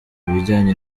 ibijyanye